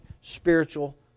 spiritual